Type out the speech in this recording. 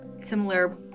similar